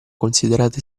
considerate